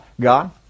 God